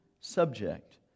subject